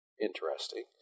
interesting